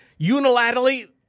unilaterally